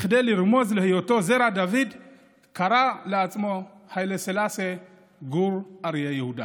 כדי לרמוז להיותו זרע דוד הוא קרא לעצמו היילה סלאסי גור אריה יהודה.